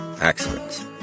accidents